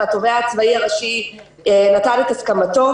והתובע הצבאי הראשי נתן הסכמתו